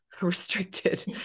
restricted